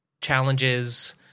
challenges